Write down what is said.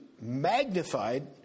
magnified